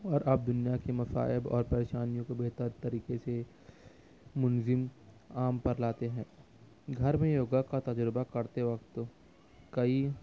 اور آپ دنیا کے مصائب اور پریشانیوں کو بہتر طریقے سے منظم عام پر لاتے ہیں گھر میں یوگا کا تجربہ کرتے وقت کئی